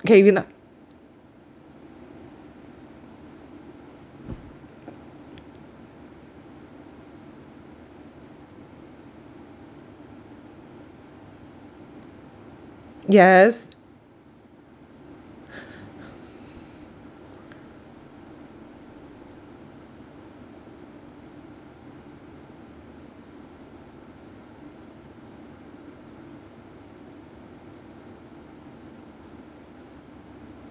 okay we going to yes